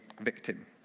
victim